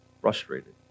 frustrated